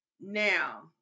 Now